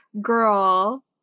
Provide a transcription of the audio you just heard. girl